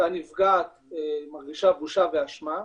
אותה נפגעת מרגישה בושה ואשמה,